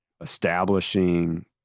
establishing